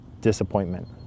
disappointment